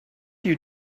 you